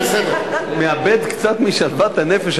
מאבד קצת משלוות הנפש.